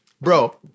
bro